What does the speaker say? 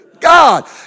God